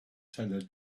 seller